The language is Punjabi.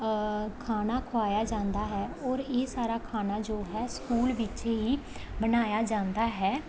ਖਾਣਾ ਖੁਆਇਆ ਜਾਂਦਾ ਹੈ ਔਰ ਇਹ ਸਾਰਾ ਖਾਣਾ ਜੋ ਹੈ ਸਕੂਲ ਵਿੱਚ ਹੀ ਬਣਾਇਆ ਜਾਂਦਾ ਹੈ